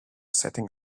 setting